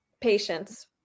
Patience